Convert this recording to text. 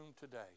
today